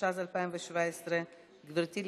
התשע"ז 2017. גברתי,